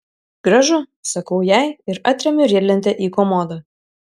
gražu sakau jai ir atremiu riedlentę į komodą